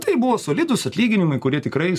tai buvo solidūs atlyginimai kurie tikrais